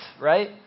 right